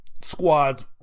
squads